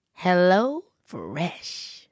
HelloFresh